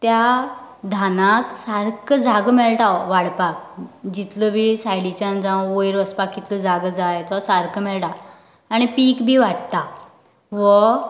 त्या धानाक सारको जागो मेळटा वाडपाक जितलो वेळ सायडीच्यान जावं वयर वचपाक जाय तो सारको मेळटा आनी पीक बी वाडटा वो